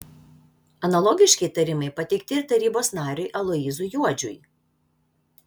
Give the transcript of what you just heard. analogiški įtarimai pateikti ir tarybos nariui aloyzui juodžiui